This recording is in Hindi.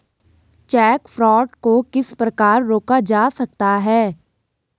चेक फ्रॉड को किस प्रकार रोका जा सकता है?